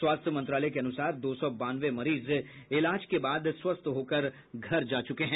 स्वास्थ्य मंत्रालय के अनुसार दो सौ बानवे मरीज इलाज के बाद स्वस्थ होकर घर जा चूके हैं